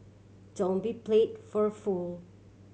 don't be play for fool